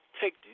take